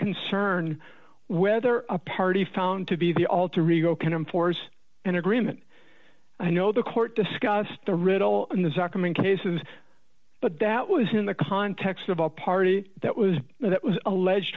concern whether a party found to be the alter ego can enforce an agreement i know the court discussed the riddle in the vacuum in cases but that was in the context of a party that was that was alleged